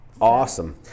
Awesome